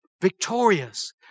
victorious